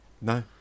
no